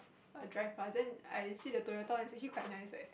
err drive by then I see the Toyota one is actually quite nice leh